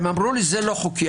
הם אמרו לי: זה לא חוקי.